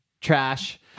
trash